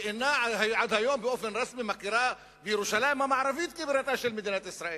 שמכירה היום באופן רשמי בירושלים המערבית כבירתה של מדינת ישראל,